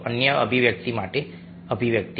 અન્ય અભિવ્યક્તિ માટે અભિવ્યક્તિ